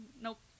Nope